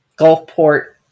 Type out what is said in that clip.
Gulfport